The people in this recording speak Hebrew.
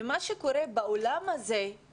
מה שקורה בעולם הזה זה